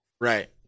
Right